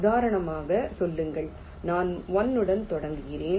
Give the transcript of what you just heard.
உதாரணமாக சொல்லுங்கள் நான் 1 உடன் தொடங்குகிறேன்